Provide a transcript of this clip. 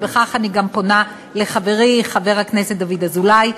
ובכך אני פונה לחברי חבר הכנסת דוד אזולאי.